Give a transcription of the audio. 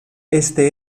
este